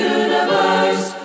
universe